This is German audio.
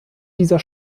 dieser